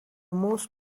most